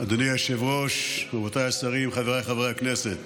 אדוני היושב-ראש, רבותיי השרים, חבריי חברי הכנסת,